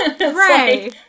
right